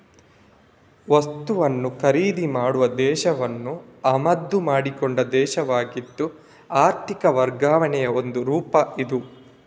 ವಸ್ತುವನ್ನ ಖರೀದಿ ಮಾಡುವ ದೇಶವನ್ನ ಆಮದು ಮಾಡಿಕೊಂಡ ದೇಶವಾಗಿದ್ದು ಆರ್ಥಿಕ ವರ್ಗಾವಣೆಯ ಒಂದು ರೂಪ ಇದು